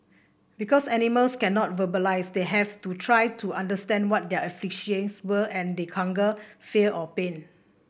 because animals cannot verbalise we had to try to understand what their afflictions were and they hunger fear or pain